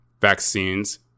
vaccines